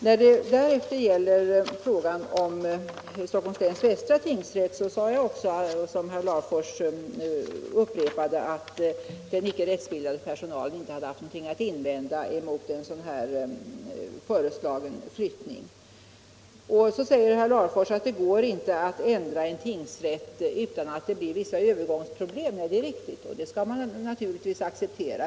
När det gäller frågan om Stockholms läns västra tingsrätt sade jag också, som herr Larfors upprepade, att den icke rättsbildade personalen inte hade haft någonting att invända mot den föreslagna flyttningen. Då säger herr Larfors att det inte går att ändra en tingsrätt utan att det blir vissa övergångsproblem. Det är riktigt, det skall man naturligtvis acceptera.